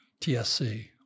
TSC